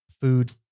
Food